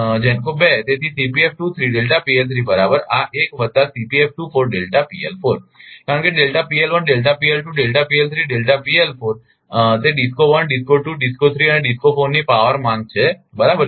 તેથી બરાબર આ 1 વત્તા કારણ કે તે DISCO 1 DISCO 2 DISCO 3 અને DISCO 4 ની પાવર માંગ છે બરાબર